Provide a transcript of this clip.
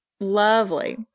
Lovely